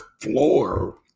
floor